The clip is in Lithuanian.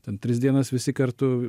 ten tris dienas visi kartu